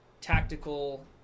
tactical